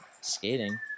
skating